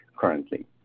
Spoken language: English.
currently